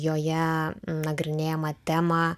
joje nagrinėjamą temą